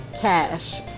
Cash